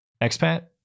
Expat